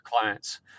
clients